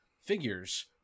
figures